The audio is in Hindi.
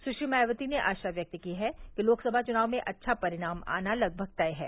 सुश्री मायावती ने आशा व्यक्त की है कि लोकसभा चुनाव में अच्छा परिणाम आना लगभग तय है